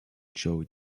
joy